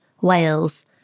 Wales